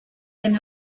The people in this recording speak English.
than